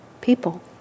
people